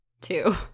two